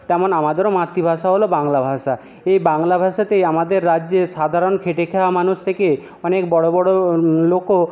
তেমন আমাদেরও মাতৃভাষা হল বাংলা ভাষা এই বাংলা ভাষাতেই আমাদের রাজ্যের সাধারণ খেটে খাওয়া মানুষ থেকে অনেক বড়ো বড়ো লোকও